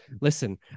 listen